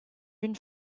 une